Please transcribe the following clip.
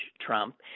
Trump